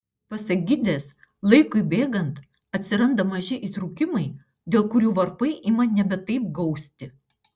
pasak gidės laikui bėgant atsiranda maži įtrūkimai dėl kurių varpai ima nebe taip gausti